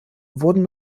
wurden